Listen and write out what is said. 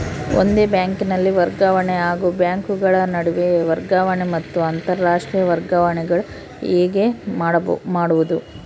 ಒಂದೇ ಬ್ಯಾಂಕಿನಲ್ಲಿ ವರ್ಗಾವಣೆ ಹಾಗೂ ಬ್ಯಾಂಕುಗಳ ನಡುವಿನ ವರ್ಗಾವಣೆ ಮತ್ತು ಅಂತರಾಷ್ಟೇಯ ವರ್ಗಾವಣೆಗಳು ಹೇಗೆ ಮಾಡುವುದು?